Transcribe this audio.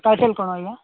title କ'ଣ ଆଜ୍ଞା